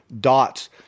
dots